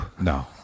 no